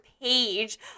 page